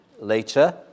later